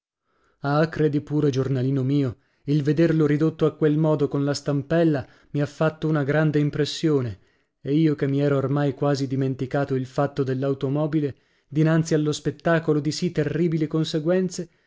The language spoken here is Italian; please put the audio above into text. ah credi pure giornalino mio il vederlo ridotto a quel modo con la stampella mi ha fatto una grande impressione e io che mi ero ormai quasi dimenticato il fatto dell'automobile dinanzi allo spettacolo di sì terribili conseguenze